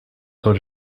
wurde